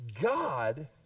God